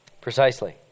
Precisely